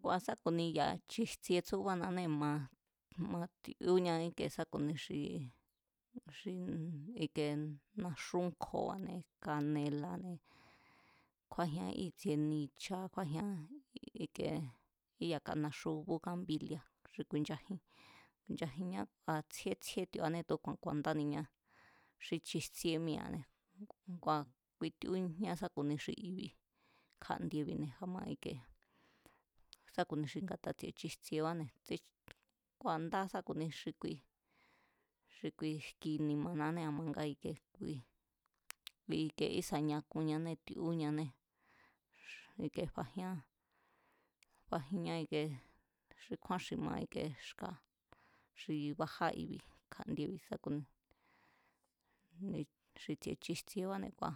Ngua̱ sá ku̱ni ya̱nga chijtsie tsúba̱nanée̱ ma, matíóñanee̱ sa ku̱ni xi, ku̱ni ximm, ikee naxún kjo̱ba̱ne̱, kanela̱ne̱, kjúájián íi̱tsie nicha kjúájián i̱ke íyaka naxu búgambili̱a̱ xi ku̱i̱nchajin, ku̱i̱nchajinñá a̱ tsjíé tsjíé ti̱o̱anée̱ tu̱úku̱a̱n ku̱a̱ndániñá xi chijtsíé mía̱ne̱ ngua̱ kui tíúñá sa ku̱ni xi i̱bi̱ kja̱ndiebi̱ne̱ a̱ma ike, sa ku̱ni xi nga̱ta tsi̱e̱ chijtsiebáne̱, kua̱ ndá sá ku̱ni xi kui xi kui jki ni̱ma̱nanée̱ a̱ma nga ikie kui, kui ísa̱ ñaa̱kunñanée̱ tíúñanée̱ i̱ke fajián fajinñá i̱kie xi kjúán xi ma ikie xka̱ xi bajá i̱bi̱ kja̱ndiebi̱ sá ku̱ni xi tsi̱e̱ chijtsiebáne̱ kua̱